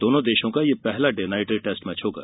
दोनों देशों का यह पहला डे नाइट टेस्ट मैच होगा